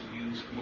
use